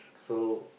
so